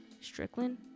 Strickland